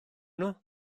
nhw